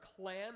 clan